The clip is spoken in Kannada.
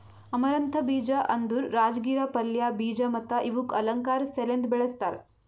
ಅಮರಂಥ ಬೀಜ ಅಂದುರ್ ರಾಜಗಿರಾ ಪಲ್ಯ, ಬೀಜ ಮತ್ತ ಇವುಕ್ ಅಲಂಕಾರ್ ಸಲೆಂದ್ ಬೆಳಸ್ತಾರ್